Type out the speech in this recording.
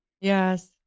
Yes